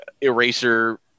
eraser